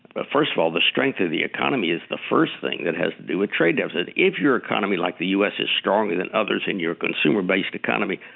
but first of all, the strength of the economy is the first thing that has to do with trade deficits. if your economy, like the u s, is stronger than others and you're a consumer-based economy,